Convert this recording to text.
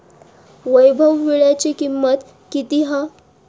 वैभव वीळ्याची किंमत किती हा?